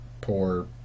poor